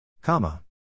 Comma